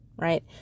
right